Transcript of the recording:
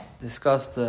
discussed